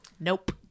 nope